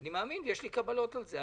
אני מאמין ויש לי קבלות על זה.